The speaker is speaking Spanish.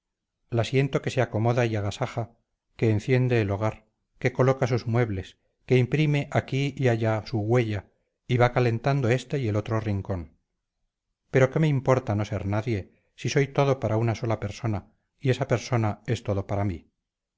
la siento que se acomoda y agasaja que enciende el hogar que coloca sus muebles que imprime aquí y allá su huella y va calentando este y el otro rincón pero qué me importa no ser nadie si soy todo para una sola persona y esa persona es todo para mí